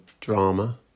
drama